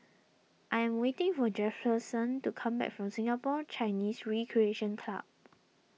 I am waiting for Jefferson to come back from Singapore Chinese Recreation Club